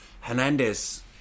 Hernandez